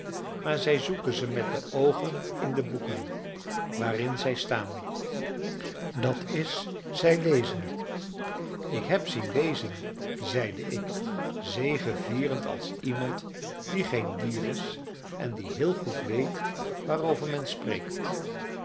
maar zij zoeken ze met de oogen in de boeken waarin zij staan dat is zij lezen ik heb zien lezen zeide ik zegevierend als iemand die geen dier is en die heel goed weet waarover men spreekt